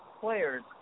players